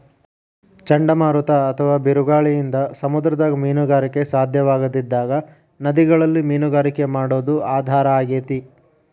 ಚಂಡಮಾರುತ ಅತ್ವಾ ಬಿರುಗಾಳಿಯಿಂದ ಸಮುದ್ರದಾಗ ಮೇನುಗಾರಿಕೆ ಸಾಧ್ಯವಾಗದಿದ್ದಾಗ ನದಿಗಳಲ್ಲಿ ಮೇನುಗಾರಿಕೆ ಮಾಡೋದು ಆಧಾರ ಆಗೇತಿ